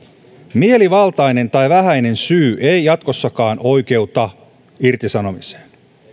mielivaltainen tai vähäinen syy ei jatkossakaan oikeuta irtisanomiseen